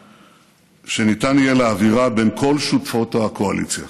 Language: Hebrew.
שניתן יהיה להעבירה בין כל שותפות הקואליציה.